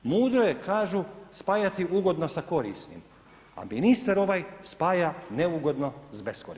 Mudro je kažu spajati ugodno sa korisnim, a ministar ovaj spaja neugodno s beskorisnim.